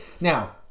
Now